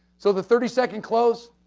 so, the thirty second close.